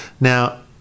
Now